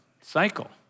cycle